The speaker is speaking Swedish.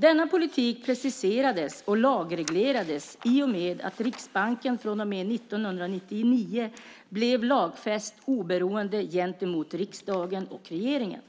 Denna politik preciserades och lagreglerades i och med att Riksbanken från och med 1999 blev lagfäst oberoende gentemot riksdagen och regeringen.